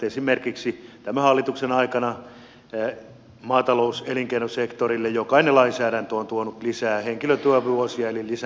esimerkiksi tämän hallituksen aikana maata louselinkeinosektorille jokainen lainsäädäntö on tuonut lisää henkilötyövuosia eli lisännyt byrokratiaa